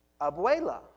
Abuela